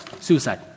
Suicide